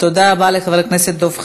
תודה רבה לחבר הכנסת דב חנין.